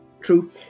True